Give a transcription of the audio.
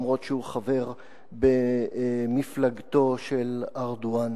למרות שהוא חבר במפלגתו של ארדואן.